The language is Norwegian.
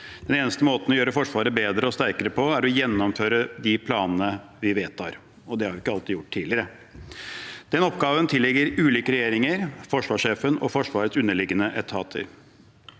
Den eneste måten å gjøre Forsvaret bedre og sterkere på, er å gjennomføre de planene vi vedtar, og det har vi ikke alltid gjort tidligere. Den oppgaven tilligger ulike regjeringer, forsvarssjefen og Forsvarets underliggende etater.